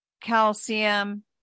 calcium